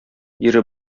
ире